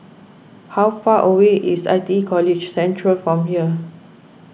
how far away is I T E College Central from here